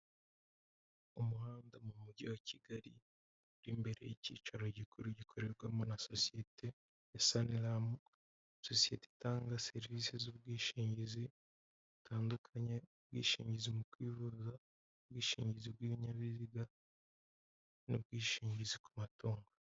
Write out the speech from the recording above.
Umuhanda mu mugi wa Kigali uri imbere ikicaro gikuru gikorerwamo na sosiyete ya Sanlam, sosiyete itanga serivisi z'ubwishingizi butandukanye, ubwishingizi mu kwivuza ubwishingizi bw'ibinyabiziga n'ubwishingizi ku matungo.